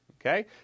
okay